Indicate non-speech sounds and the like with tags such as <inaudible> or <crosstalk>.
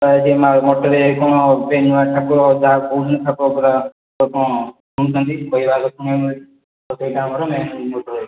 ସେଇ ମଠରେ କ'ଣ <unintelligible> ଠାକୁର ଯାହାକୁ କହୁଛନ୍ତି ଠାକୁର ପୁରା <unintelligible> ତ ସେଇଟା ଆମର ମେନ୍ ମୋଟୋ ରହିବ